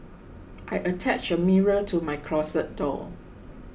I attached a mirror to my closet door